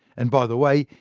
and by the way,